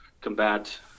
combat